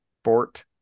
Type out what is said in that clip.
Sport